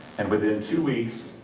and within two weeks,